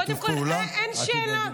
קודם כול, אין שאלה.